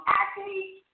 acne